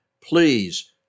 please